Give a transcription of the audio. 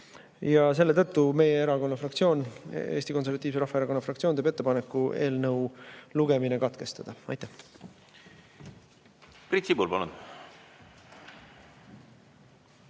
erakonna fraktsioon, Eesti Konservatiivse Rahvaerakonna fraktsioon, teeb ettepaneku eelnõu lugemine katkestada. Aitäh!